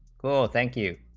you'll thank you